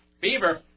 Beaver